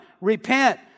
repent